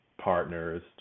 partners